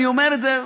אני אומר את זה,